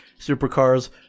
Supercars